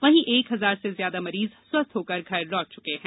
वहीं एक हजार से ज्यादा मरीज स्वस्थ होकर घर लौटे हैं